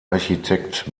architekt